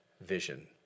vision